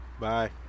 Bye